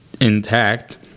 intact